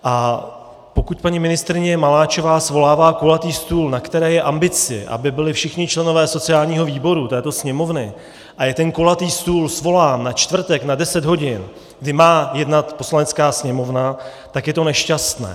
A pokud paní ministryně Maláčová svolává kulatý stůl, na kterém je ambice, aby byli všichni členové sociálního výboru této Sněmovny, a je ten kulatý stůl svolán na čtvrtek na 10 hodin, kdy má jednat Poslanecká sněmovna, tak je to nešťastné.